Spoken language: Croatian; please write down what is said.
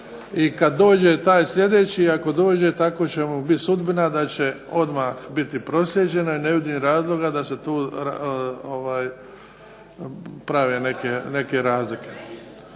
I kad dođe taj sljedeće, ako dođe tako će mu biti sudbina da će odmah biti proslijeđeno i ne vidim razloga da se tu prave neke razlike.